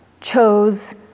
chose